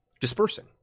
dispersing